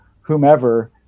whomever